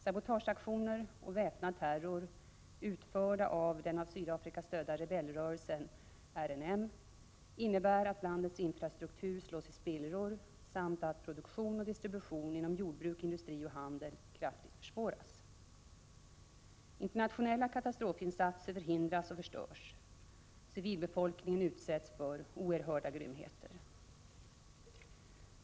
Sabotageaktioner och väpnad terror utförda av den av Sydafrika stödda rebellrörelsen RNM innebär att landets infrastruktur slås i spillror samt att produktion och distribution inom jordbruk, industri och handel kraftigt försvåras. Internationella katastrofinsatser förhindras och förstörs. Civilbefolkningen utsätts för oerhörda grymheter.